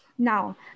Now